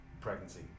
pregnancy